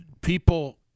people